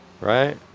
right